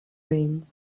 ring